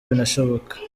binashoboka